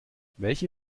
welche